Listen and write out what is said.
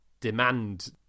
demand